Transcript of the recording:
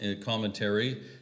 commentary